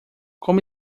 como